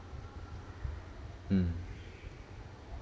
mm